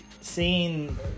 seeing